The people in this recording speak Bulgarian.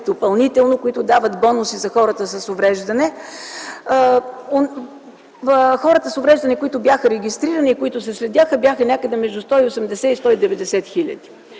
около 15, които дават бонуси за хората с увреждания, хората с увреждания, които бяха регистрирани и които се следяха, бяха между 180 и 190 000.